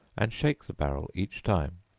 and shake the barrel each time